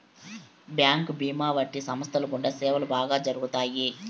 bank భీమా వంటి సంస్థల గుండా సేవలు బాగా జరుగుతాయి